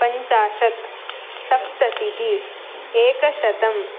पञ्चाशत् सप्ततिः एकशतं